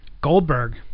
Goldberg